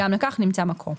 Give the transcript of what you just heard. וגם לכך נמצא מקור.